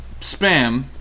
spam